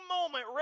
moment